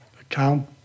account